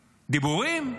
דיבורים,